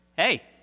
Hey